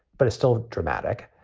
but it still dramatic.